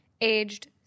aged